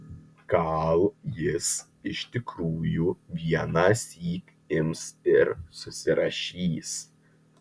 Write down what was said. gal jis iš tikrųjų vienąsyk ims ir susirašys